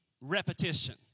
repetition